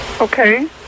Okay